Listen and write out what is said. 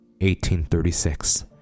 1836